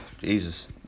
Jesus